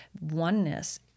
oneness